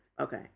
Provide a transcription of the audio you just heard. okay